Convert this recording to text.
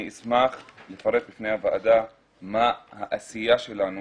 אני אשמח לפרט בפני הוועדה מה העשייה שלנו